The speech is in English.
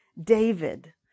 David